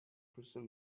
crystal